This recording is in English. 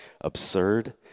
absurd